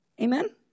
Amen